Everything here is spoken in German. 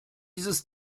dieses